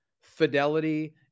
fidelity